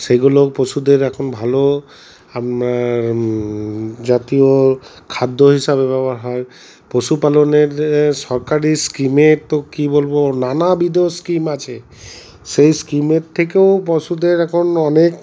সেগুলো পশুদের এখন ভালো জাতীয় খাদ্য হিসাবে ব্যবহার হয় পশুপালনের সরকারি স্কিমে তো কী বলবো নানাবিধ স্কিম আছে সেই স্কিমের থেকেও পশুদের এখন অনেক